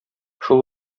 шул